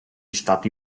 stati